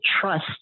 trust